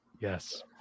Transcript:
Yes